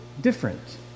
different